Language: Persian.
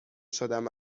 شدم